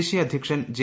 ദേശീയ അദ്ധ്യക്ഷൻ ജെ